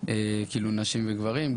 נשים וגברים.